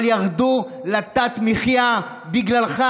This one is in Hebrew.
אבל ירדו לתת-מחיה בגללך.